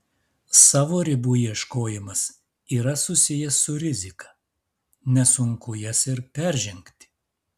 savo ribų ieškojimas yra susijęs su rizika nesunku jas ir peržengti